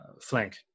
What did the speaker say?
flank